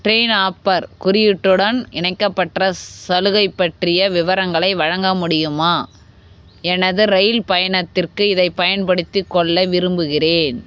train offer குறியீட்டுடன் இணைக்கப்பட்ட சலுகை பற்றிய விவரங்களை வழங்க முடியுமா எனது ரயில் பயணத்திற்கு இதைப் பயன்படுத்திக்கொள்ள விரும்புகிறேன்